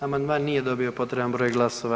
Amandman nije dobio potreban broj glasova.